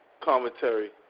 commentary